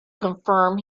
confirm